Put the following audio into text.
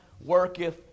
worketh